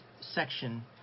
section